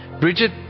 Bridget